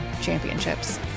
championships